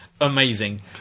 Amazing